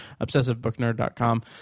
obsessivebooknerd.com